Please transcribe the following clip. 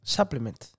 Supplement